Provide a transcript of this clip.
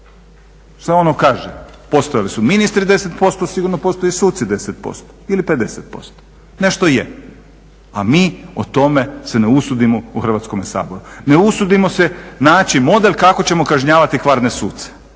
Šta ono kaže, postojali su ministri 10% sigurno postoje i suci 10% ili 50%, nešto je a mi o tome se ne usudimo u Hrvatskome saboru, ne usudimo se naći model kako ćemo kažnjavati kvarne suce